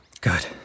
Good